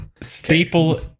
Staple